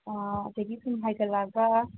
ꯑꯥ ꯑꯗꯒꯤ ꯁꯨꯝ ꯍꯥꯏꯒꯠꯂꯒ